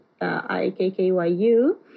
I-K-K-Y-U